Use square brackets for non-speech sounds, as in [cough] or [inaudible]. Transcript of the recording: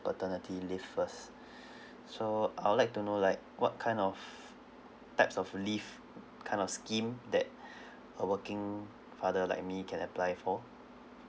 paternity leave first [breath] so I would like to know like what kind of types of leave kind of scheme that a working father like me can apply for